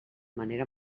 manera